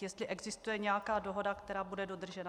Jestli existuje nějaká dohoda, která bude dodržena.